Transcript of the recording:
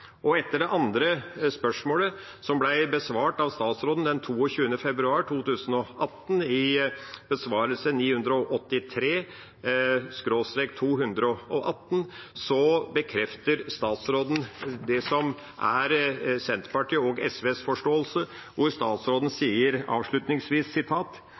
Etter det andre spørsmålet, Dokument 15:983 for 2017–2018, som ble besvart av statsråden den 22. februar 2018, bekrefter statsråden det som er Senterpartiets og SVs forståelse, når statsråden